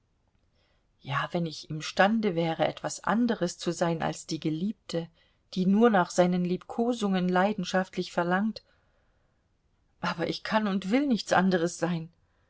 ja wenn ich imstande wäre etwas anderes zu sein als die geliebte die nur nach seinen liebkosungen leidenschaftlich verlangt aber ich kann und will nichts anderes sein